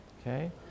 okay